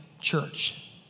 church